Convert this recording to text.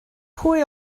pwy